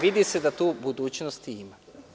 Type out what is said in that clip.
Vidi se da tu budućnosti ima.